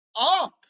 up